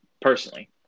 Personally